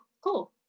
cool